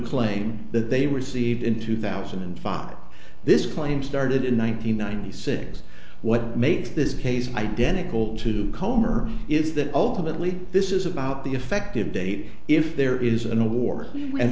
claim that they received in two thousand and five this claim started in one nine hundred ninety six what makes this case identical to comber is that ultimately this is about the effective date if there is an award and